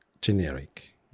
generic